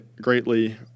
greatly